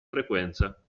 frequenza